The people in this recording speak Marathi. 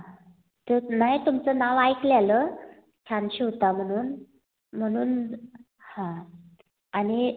तेच नाही तुमचं नाव ऐकलेलं छान शिवता म्हणून म्हणून आणि